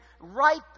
right